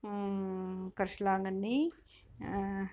கரிசலாங்கண்ணி